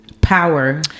power